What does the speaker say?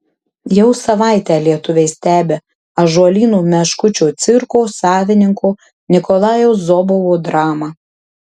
jau savaitę lietuviai stebi ąžuolyno meškučių cirko savininko nikolajaus zobovo dramą